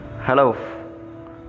Hello